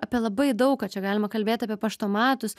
apie labai daug ką čia galima kalbėt apie paštomatus